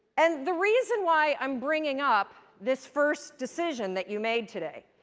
and the reason why i'm bringing up this first decision that you made today,